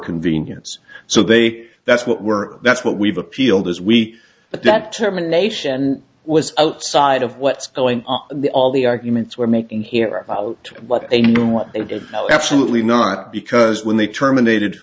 convenience so they that's what we're that's what we've appealed as we but that term nation was outside of what's going on the all the arguments were making here about what they knew and what it is absolutely not because when they terminated